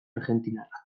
argentinarrak